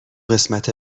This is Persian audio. قسمت